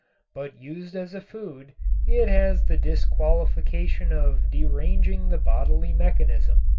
but used as a food it has the disqualification of deranging the bodily mechanism.